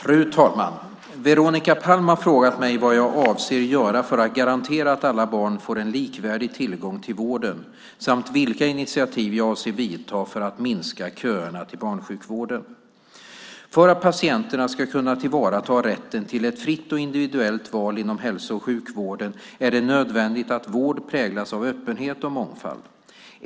Fru talman! Veronica Palm har frågat mig vad jag avser att göra för att garantera att alla barn får en likvärdig tillgång till vården samt vilka initiativ jag avser att vidta för att minska köerna till barnsjukvården. För att patienterna ska kunna tillvarata rätten till ett fritt och individuellt val inom hälso och sjukvården är det nödvändigt att vården präglas av öppenhet och mångfald.